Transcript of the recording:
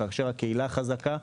כאשר הקהילה חזקה,